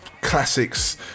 classics